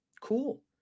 cool